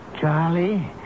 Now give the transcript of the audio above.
Charlie